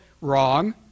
Wrong